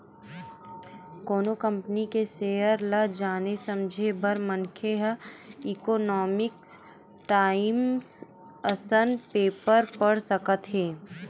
कोनो कंपनी के सेयर ल जाने समझे बर मनखे ह इकोनॉमिकस टाइमस असन पेपर पड़ सकत हे